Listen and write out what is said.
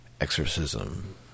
Exorcism